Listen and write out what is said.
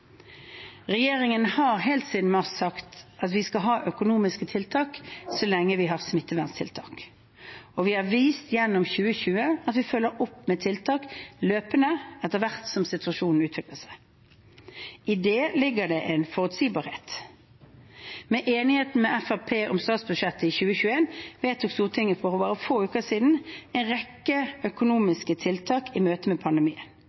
Regjeringen har helt siden mars sagt at vi skal ha økonomiske tiltak så lenge vi har smitteverntiltak. Og vi har vist gjennom 2020 at vi følger opp med tiltak løpende, etter hvert som situasjonen utvikler seg. I det ligger det en forutsigbarhet. Med enigheten med Fremskrittspartiet om statsbudsjettet for 2021 vedtok Stortinget for bare få uker siden en rekke økonomiske tiltak i møte med pandemien.